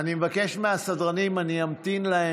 אני מבקש מהסדרנים, אני אמתין להם.